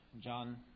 John